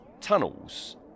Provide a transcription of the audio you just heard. tunnels